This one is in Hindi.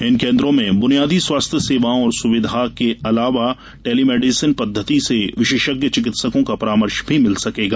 इन कोन्द्रों में ब्नियादी स्वास्थ्य सेवाओं और सुविधा के अलावा टेली मेडिसिन पद्धति से विशेषज्ञ चिकित्सकों का परामर्श भी मिल सकेगा